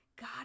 God